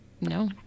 No